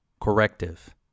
Corrective